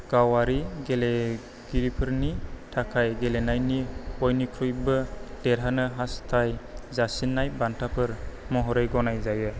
गावआरि गेलेगिरिफोरनि थाखाय गेलेनायनि बयनिख्रुइबो देरहानो हास्थायजासिननाय बान्थाफोर महरै गनायजायो